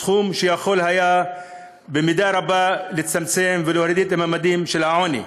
סכום שיכול היה במידה רבה לצמצם ולהוריד את הממדים של העוני.